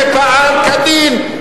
שפעל כדין,